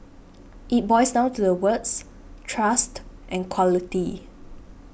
it boils down to the words trust and quality